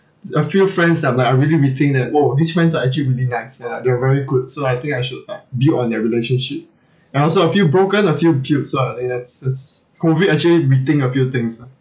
is a few friends that I'm like I really rethink that !whoa! these friends are actually really nice and uh they're very good so I think I should like build on their relationship and also a few broken a few ah and it's it's COVID actually rethink a few things lah